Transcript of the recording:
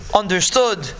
understood